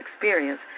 experience